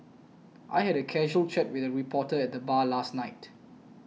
I had a casual chat with a reporter at the bar last night